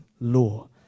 law